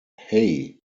hey